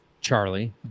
Charlie